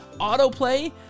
autoplay